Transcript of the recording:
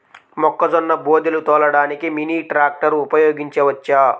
మొక్కజొన్న బోదెలు తోలడానికి మినీ ట్రాక్టర్ ఉపయోగించవచ్చా?